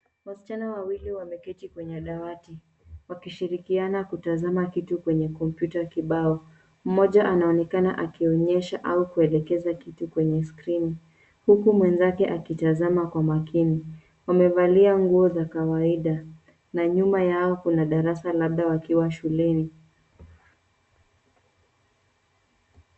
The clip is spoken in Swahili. Wasichana wawili wameketi kwenye dawati wakishirikiana kutazama kitu kwenye kompyuta kibao. Mmoja anaonekana akionyesha au kuelekeza kitu kwenye skrini huku mwenzake akitazama kwa makini. Wamevalia nguo za kawaida na nyuma yao kuna darasa labda wakiwa shuleni.